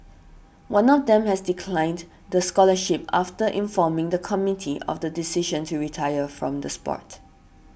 one of them has declined the scholarship after informing the committee of the decision to retire from the sport